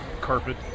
carpet